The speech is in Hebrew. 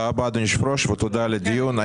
תודה רבה אדוני יושב הראש ותודה על הדיון.